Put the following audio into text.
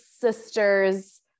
sisters